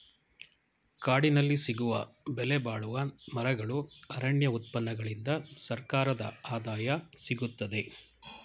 ಕಾಡಿನಲ್ಲಿ ಸಿಗುವ ಬೆಲೆಬಾಳುವ ಮರಗಳು, ಅರಣ್ಯ ಉತ್ಪನ್ನಗಳಿಂದ ಸರ್ಕಾರದ ಆದಾಯ ಸಿಗುತ್ತದೆ